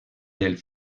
del